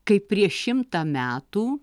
kaip prieš šimtą metų